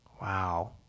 Wow